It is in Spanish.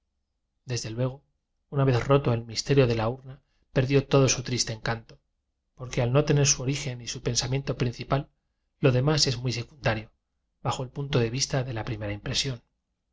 desde luego una vez roto el mis terio de la urna perdió todo su triste encanto porque al no tener su origen y su pensa miento principal lo demás es muy secunda rio bajo el punto de vista de la primera im